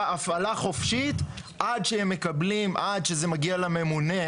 הפעלה חופשית עד שזה מגיע לממונה,